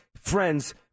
friends